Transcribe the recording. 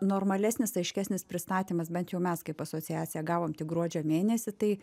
normalesnis aiškesnis pristatymas bent jau mes kaip asociacija gavom tik gruodžio mėnesį tai